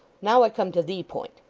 now i come to the point.